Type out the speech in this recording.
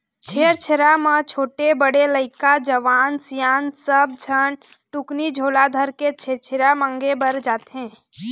छेरछेरा म छोटे, बड़े लइका, जवान, सियान सब झन टुकनी झोला धरके छेरछेरा मांगे बर जाथें